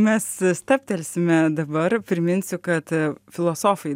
mes stabtelsime dabar priminsiu kad filosofai